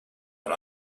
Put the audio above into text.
but